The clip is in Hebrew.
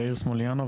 יאיר סמוליאנוב.